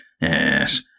Yes